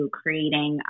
creating